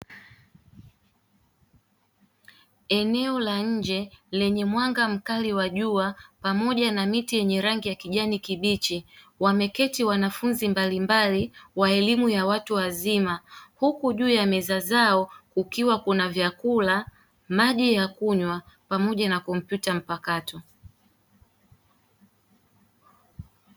Eneo la nje lenye mwanga mkali wa jua pamoja na miti yenye rangi ya kijani kibichi wameketi wanafunzi mbalimbali wa elimu ya watu wazima huku juu ya meza zao kukiwa kuna vyakula, maji ya kunywa pamoja na kompyuta mpakato.